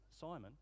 Simon